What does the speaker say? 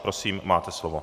Prosím, máte slovo.